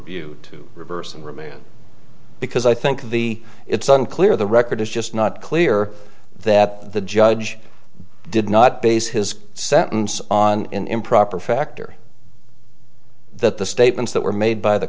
view to reverse and remand because i think the it's unclear the record is just not clear that the judge did not base his sentence on an improper factor that the statements that were made by the